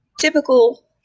typical